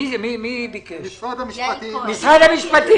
מי ממשרד המשפטים